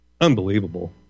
Unbelievable